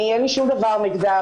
אין לי שום דבר נגדם,